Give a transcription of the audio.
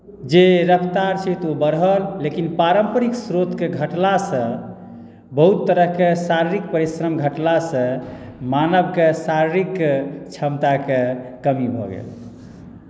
जे रफ़्तार छै तऽ ओ बढ़ल लेकिन पारम्परिक श्रोतके घटलासँ बहुत तरहके शारीरिक परिश्रम घटलासँ मानवके शारीरिक क्षमताके कमी भऽ गेल